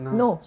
no